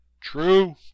True